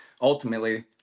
ultimately